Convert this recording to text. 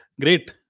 Great